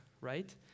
right